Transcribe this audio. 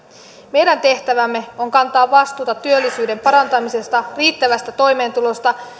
meidän tehtävämme on kantaa vastuuta työllisyyden parantamisesta riittävästä toimeentulosta